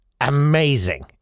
amazing